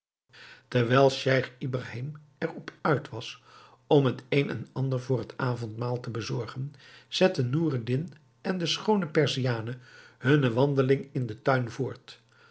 terwijl scheich ibrahim er op uit was om het een en ander voor het avondmaal te bezorgen zetten noureddin en de schoone perziane hunne wandeling in den tuin voort